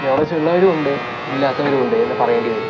knowledge ഉള്ളവരും ഉണ്ട് ഇല്ലാത്തവരും ഉണ്ട് എന്ന് പറയേണ്ടി വരും